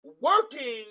working